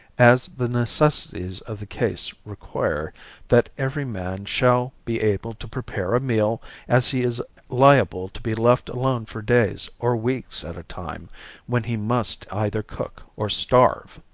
as the necessities of the case require that every man shall be able to prepare a meal as he is liable to be left alone for days or weeks at a time when he must either cook or starve.